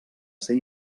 ser